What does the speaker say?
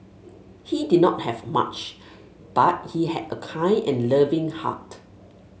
he did not have much but he had a kind and loving heart